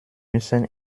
müssen